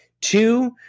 Two